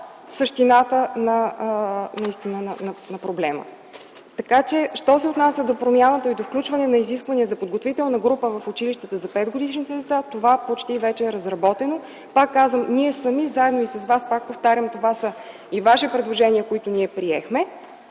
същината на проблема. Що се отнася до промяната и до включване на изисквания за подготвителна група в училище за 5-годишните деца, това вече почти е разработено. Пак казвам, ние сами и заедно с вас, пак повтарям, това са и ваши предложения, които ние приехме